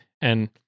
and-